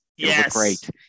Yes